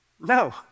No